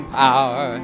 power